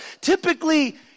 Typically